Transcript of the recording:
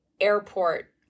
airport